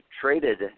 traded